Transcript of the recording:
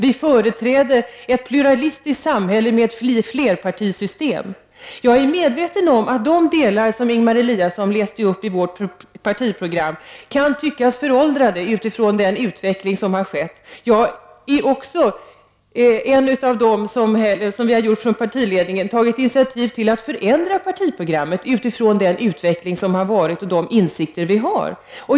Vi företräder ett pluralistiskt samhälle med flerpartisystem. Jag är medveten om att de delar av vårt partiprogram som Ingemar Eliasson läste upp kan tyckas föråldrade utifrån den utveckling som har skett. Jag är också en av dem som i partiledningen har tagit initiativ till att förändra partiprogrammet utifrån den utveckling som har varit och de insikter vi har.